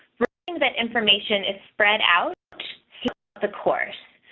that information is spread out the course.